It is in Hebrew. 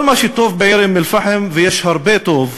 כל מה שטוב באום-אלפחם, ויש הרבה טוב,